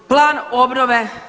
Plan obnove